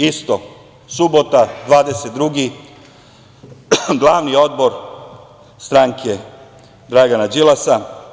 Isto, subota, 22, glavni odbor stranke Dragana Đilasa.